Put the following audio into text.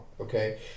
okay